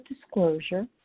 disclosure